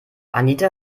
anita